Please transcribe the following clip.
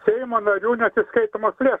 seimo narių neatsiskaitomos lėšos